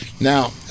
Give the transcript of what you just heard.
Now